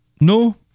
No